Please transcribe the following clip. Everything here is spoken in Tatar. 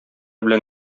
белән